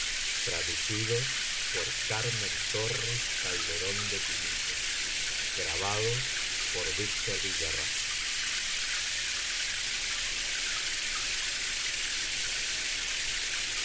poe translator carmen torres calderón de pinillos